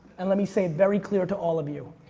and let me say it very clear to all of you.